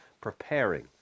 preparing